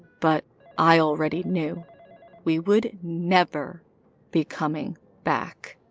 but i already knew we would never be coming back.